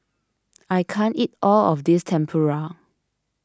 I can't eat all of this Tempura